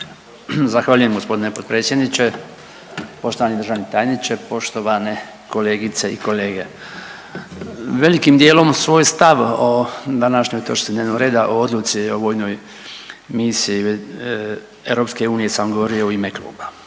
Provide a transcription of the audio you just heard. Zahvaljujem g. potpredsjedniče. Poštovani državni tajniče, poštovane kolegice i kolege. Velikim dijelom svoj stav o današnjoj točci dnevnog reda o odluci o vojnoj misiji EU sam govorio u ime kluba,